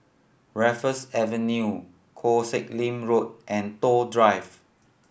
Raffles Avenue Koh Sek Lim Road and Toh Drive